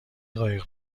قایق